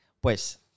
pues